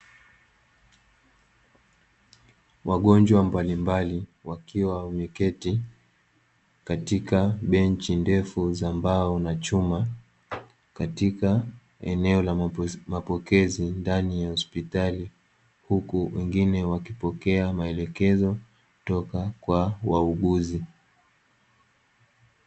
Wagonjwa mbalimbali wakiwa wameketi katika benchi ndefu za mbao na chuma katika eneo la mapokezi ndani ya hospitali, huku wengine wakipokea maelekezo kutoka kwa wauguzi.